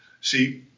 See